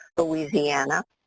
louisiana.